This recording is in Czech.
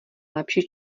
lepší